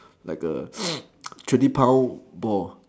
like a twenty pound boar